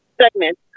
segment